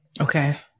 Okay